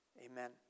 Amen